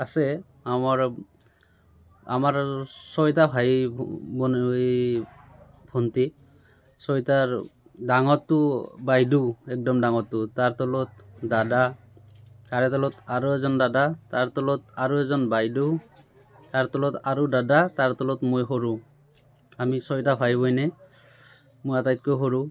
আছে আমাৰ আমাৰ ছয়টা ভাই ভনী ভন্টি ছয়টাৰ ডাঙৰটো বাইদেউ একদম ডাঙৰটো তাৰ তলত দাদা তাৰে তলত আৰু এজন দাদা তাৰ তলত আৰু এজন বাইদেউ তাৰ তলত আৰু দাদা তাৰ তলত মই সৰু আমি ছয়টা ভাই ভনী মই আটাইতকৈ সৰু